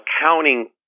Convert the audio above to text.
accounting